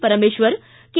Parameshwar K